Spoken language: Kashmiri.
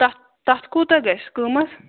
تَتھ تَتھ کوٗتاہ گژھِ قۭمتھ